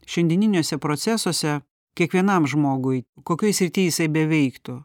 šiandieniniuose procesuose kiekvienam žmogui kokioj srity jisai beveiktų